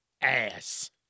ass